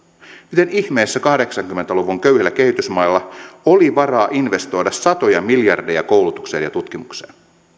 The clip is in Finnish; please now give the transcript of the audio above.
miten ihmeessä kahdeksankymmentä luvun köyhillä kehitysmailla oli varaa investoida satoja miljardeja koulutukseen ja tutkimukseen